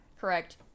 correct